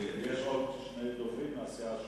יש עוד שני דוברים מהסיעה שלו,